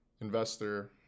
investor